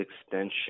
extension